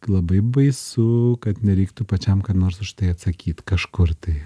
labai baisu kad nereiktų pačiam ką nors už tai atsakyt kažkur tai